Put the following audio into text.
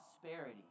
prosperity